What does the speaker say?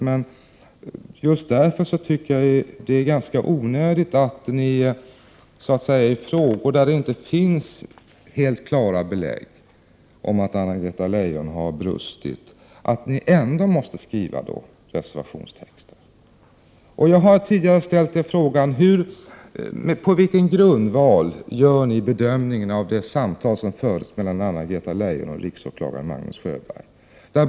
Men just därför tycker jag att det är ganska onödigt att, som ni har gjort i frågor där det inte finns helt klara belägg för att Anna-Greta Leijon har brustit, ändå skriva reservationstexter. Jag har tidigare frågat er: På vilken grundval gör ni er bedömning av det samtal som fördes mellan Anna-Greta Leijon och riksåklagare Magnus Sjöberg?